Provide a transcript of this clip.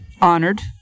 Honored